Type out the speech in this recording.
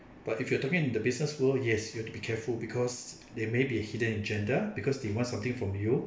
but if you are talking in the business world yes you have to be careful because there may be a hidden agenda because they want something from you